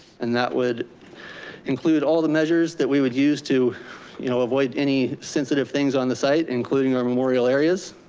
and that would include all the measures that we would use to you know avoid any sensitive things on the site, including our memorial areas.